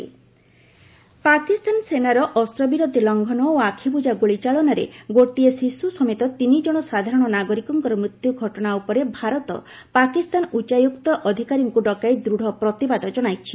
India ସମନୁ ପାକିସ୍ତାନ ସେନାର ଅସ୍ତ୍ରବିରତି ଲଂଘନ ଓ ଆଖିବୁଜା ଗୁଳିଚାଳନାରେ ଗୋଟିଏ ଶିଶୁ ସମେତ ତିନିଜଣ ସାଧାରଣ ନାଗରିକଙ୍କର ମୃତ୍ୟୁ ଘଟଣା ଉପରେ ଭାରତ ପାକିସ୍ତାନ ଉଚ୍ଚାୟୁକ୍ତର ଅଧିକାରୀଙ୍କୁ ଡକାଇ ଦୂଢ଼ ପ୍ରତିବାଦ ଜଣାଇଛି